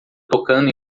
tocando